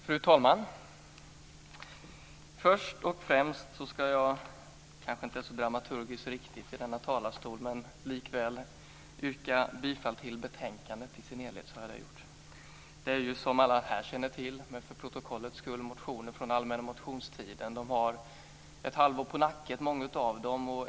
Fru talman! Det kanske inte är så dramaturgiskt riktigt i denna talarstol men först och främst ska jag likväl yrka bifall till betänkandet i sin helhet, så har jag det gjort. Det är ju, som alla här känner till men som jag nämner för protokollets skull, så att många av motionerna från allmänna motionstiden har ett halvår på nacken.